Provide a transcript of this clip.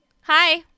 Hi